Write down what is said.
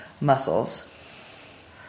muscles